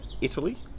Italy